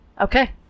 Okay